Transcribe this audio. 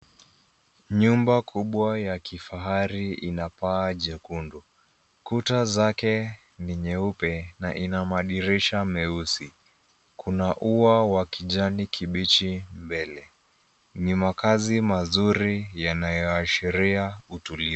Nyumba kubwa ya kifahari ina paa jekundu. Kuta zake ni nyeupe na ina madirisha meusi. Kuna ua wa kijani kibichi mbele. Ni makazi mazuri yanayoashiria utulivu.